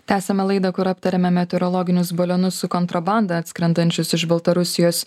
tęsiame laidą kur aptariame meteorologinius balionus su kontrabanda atskrendančius iš baltarusijos